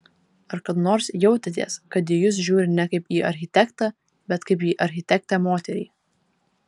ar kada nors jautėtės kad į jūs žiūri ne kaip į architektą bet kaip į architektę moterį